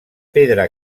pedra